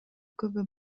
күбө